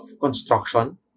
construction